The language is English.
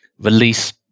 release